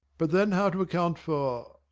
but then how to account for?